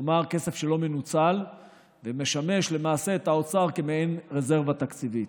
כלומר כסף שלא מנוצל ולמעשה משמש את האוצר כעין רזרבה תקציבית.